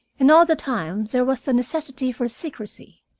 and all the time there was the necessity for secrecy.